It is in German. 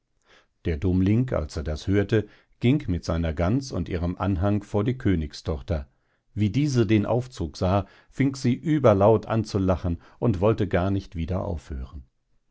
der dummling als er das hörte ging mit seiner gans und ihrem anhang vor die königstochter wie diese den aufzug sah fing sie überlaut an zu lachen und wollte gar nicht wieder aufhören